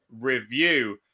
review